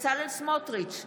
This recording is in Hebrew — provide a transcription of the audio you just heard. בצלאל סמוטריץ'